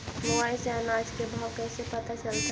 Mobile से अनाज के भाव कैसे पता चलतै?